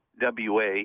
WA